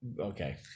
Okay